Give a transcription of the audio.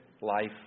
life